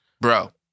Bro